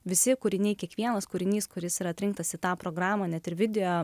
visi kūriniai kiekvienas kūrinys kuris yra atrinktas į tą programą net ir video